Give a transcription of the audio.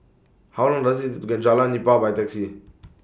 How Long Does IT get Jalan Nipah By Taxi